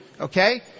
okay